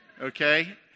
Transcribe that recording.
Okay